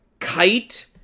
Kite